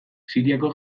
siriako